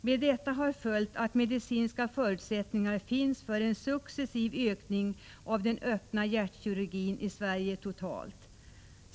Med detta har följt att medicinska förutsättningar finns för en successiv ökning av den öppna hjärtkirurgin i Sverige totalt.